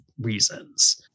reasons